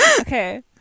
Okay